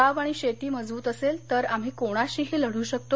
गाव आणि शेती मजब्रत असेल तर आम्ही कोणाशीही लढ्र शकतो